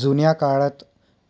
जुन्या काळात